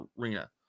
arena